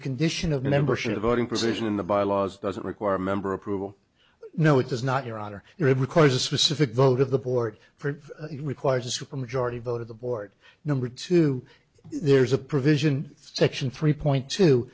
condition of membership voting position in the bylaws doesn't require member approval no it does not your honor it requires a specific vote of the port for requires a supermajority vote of the board number two there's a provision section three point t